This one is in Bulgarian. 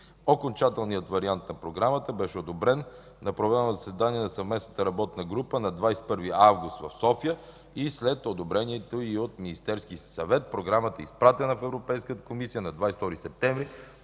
Окончателният вариант на Програмата беше одобрен на програмно заседание на съвместната работна група на 21 август в София и след одобрението й от Министерския съвет е изпратена в Европейската комисия на 22 септември